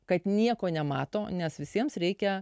kad nieko nemato nes visiems reikia